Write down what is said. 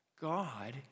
God